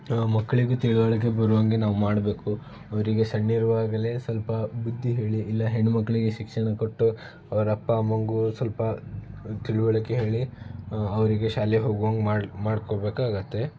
ಮಕ್ಳಿಗೆ ತಿಳಿವಳ್ಕೆ ಬರೋ ಹಂಗೆ ನಾವು ಮಾಡಬೇಕು ಅವರಿಗೆ ಸಣ್ಣಿರುವಾಗಲೇ ಸ್ವಲ್ಪ ಬುದ್ದಿ ಹೇಳಿ ಇಲ್ಲ ಹೆಣ್ಣು ಮಕ್ಳಿಗೆ ಶಿಕ್ಷಣ ಕೊಟ್ಟು ಅವ್ರ ಅಪ್ಪ ಅಮ್ಮಂಗೂ ಸ್ವಲ್ಪ ತಿಳಿವಳಿಕೆ ಹೇಳಿ ಅವರಿಗೆ ಶಾಲೆಗೆ ಹೋಗುವಂಗೆ ಮಾಡಿ ಮಾಡ್ಕೋಬೇಕಾಗುತ್ತೆ